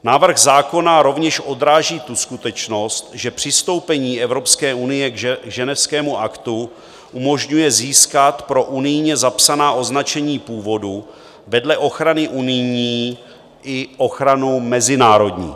Návrh zákona rovněž odráží tu skutečnost, že přistoupení Evropské unie k Ženevskému aktu umožňuje získat pro unijně zapsaná označení původu vedle ochrany unijní i ochranu mezinárodní.